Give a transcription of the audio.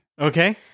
okay